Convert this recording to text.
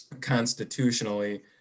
constitutionally